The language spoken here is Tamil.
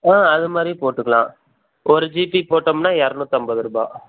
ஆ அது மாதிரியும் போட்டுக்கலாம் ஒரு ஜிபி போட்டோம்னால் இரநூத்தம்பது ரூபாய்